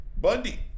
Bundy